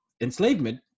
enslavement